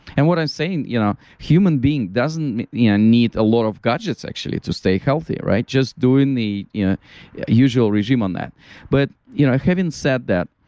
and what i'm saying, you know human being doesn't yeah need a lot of gadgets actually to stay healthy, right? just doing the yeah yeah usual regimen there, but you know having said that,